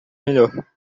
melhor